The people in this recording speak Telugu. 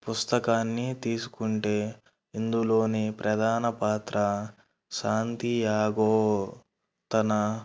పుస్తకాన్ని తీసుకుంటే ఇందులోని ప్రధాన పాత్ర శాంతియాగో తన